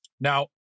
Now